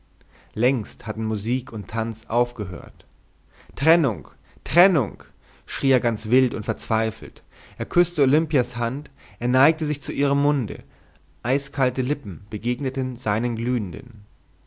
längst hatten musik und tanz aufgehört trennung trennung schrie er ganz wild und verzweifelt er küßte olimpias hand er neigte sich zu ihrem munde eiskalte lippen begegneten seinen glühenden